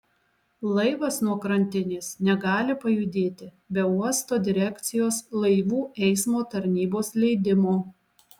laivas nuo krantinės negali pajudėti be uosto direkcijos laivų eismo tarnybos leidimo